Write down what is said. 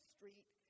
Street